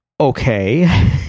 okay